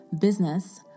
business